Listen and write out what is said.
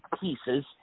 pieces